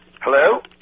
Hello